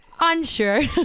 unsure